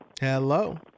Hello